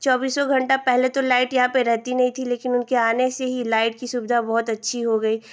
चौबीसो घण्टा पहले तो लाइट यहाँ पर रहती नहीं थी लेकिन उनके आने से ही लाइट की सुविधा बहुत अच्छी हो गई